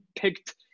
picked